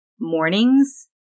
mornings